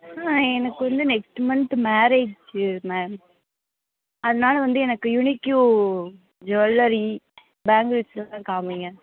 ஆ எனக்கு வந்து next month marriage ma'am அதனால் வந்து எனக்கு யுனிக்யூ ஜுவல்லரி பேங்கிள்ஸ்ஸெலாம் காமிங்க